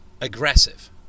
aggressive